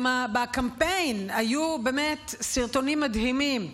בקמפיין היו באמת סרטונים מדהימים.